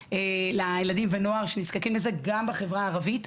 לילדים ולנוער שנזקקים לזה גם בחברה הערבית.